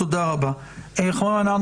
(היו"ר גלעד קריב, 10:20) תודה רבה, אנחנו